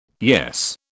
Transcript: Yes